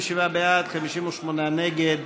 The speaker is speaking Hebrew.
57 בעד, 58 נגד.